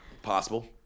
Possible